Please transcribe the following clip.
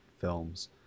films